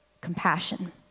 Compassion